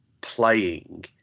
playing